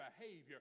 behavior